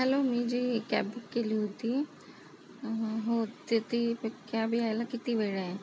hello मी जी cab book केली होती हो तर ती कॅब यायला किती वेळ आहे